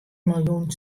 miljoen